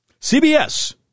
CBS